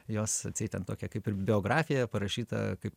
jos atseit ten tokia kaip ir biografijoja parašyta kaip